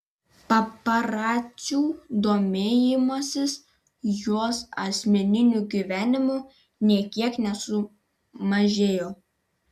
paparacių domėjimasis jos asmeniniu gyvenimu nė kiek nesumažėjo